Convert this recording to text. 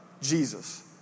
Jesus